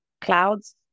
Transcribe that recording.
Clouds